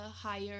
higher